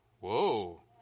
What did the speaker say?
Whoa